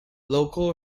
local